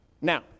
Now